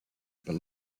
but